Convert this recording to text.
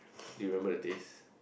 do you remember the taste